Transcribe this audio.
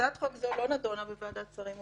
הצעת חוק זו לא נדונה בוועדה שרים ובממשלה,